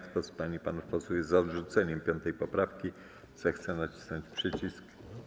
Kto z pań i panów posłów jest za odrzuceniem 5. poprawki, zechce nacisnąć przycisk.